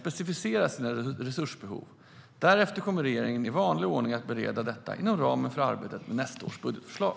Jag ska passa på att be interpellanten om ursäkt för att vi har dröjt lite grann med detta svar.